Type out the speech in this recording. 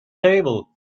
table